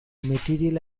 material